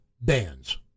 bands